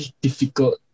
difficult